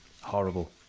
Horrible